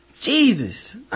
Jesus